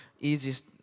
easiest